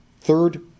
Third